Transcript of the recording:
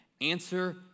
answer